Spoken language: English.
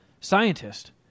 scientist